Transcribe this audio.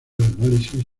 análisis